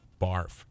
Barf